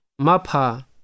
Mapa